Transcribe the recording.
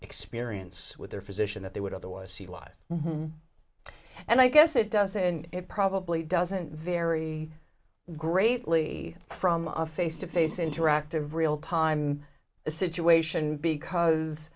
experience with their physician that they would otherwise see live and i guess it does and it probably doesn't vary greatly from a face to face interactive real time a situation because